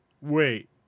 wait